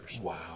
Wow